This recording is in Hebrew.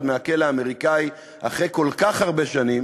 מהכלא האמריקני אחרי כל כך הרבה שנים,